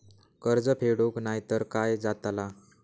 कर्ज फेडूक नाय तर काय जाताला?